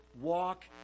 walk